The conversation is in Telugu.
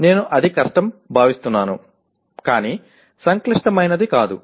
నేను అది కష్టం భావిస్తున్నాను కానీ సంక్లిష్టమైనది కాదు